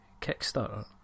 Kickstarter